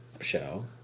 show